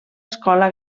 escola